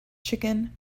chicken